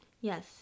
Yes